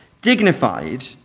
dignified